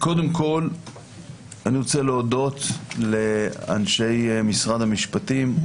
קודם כל אני רוצה להודות לאנשי משרד המשפטים,